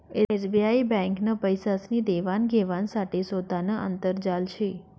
SBI ब्यांकनं पैसासनी देवान घेवाण साठे सोतानं आंतरजाल शे